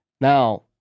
Now